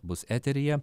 bus eteryje